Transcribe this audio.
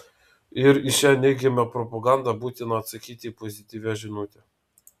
ir į šią neigiamą propagandą būtina atsakyti pozityvia žinute